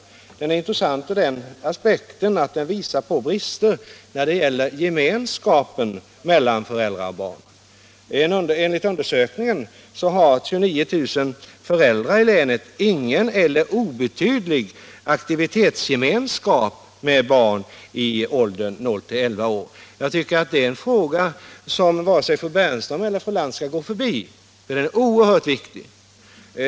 Undersökningen är intressant bl.a. ur den aspekten att den visar på brister i gemenskapen mellan föräldrar och barn. Enligt undersökningen har 29 000 föräldrar i länet ingen eller obetydlig aktivitetsgemenskap med sina barn i åldern 0-11 år. Det är en fråga som jag tycker att varken fru Bernström eller fru Lantz skall gå förbi. Den är nämligen oerhört viktig.